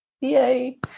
Yay